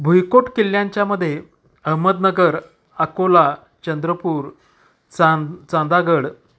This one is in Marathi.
भुईकोट किल्ल्यांच्यामध्ये अहमदनगर अकोला चंद्रपूर चां चांदागड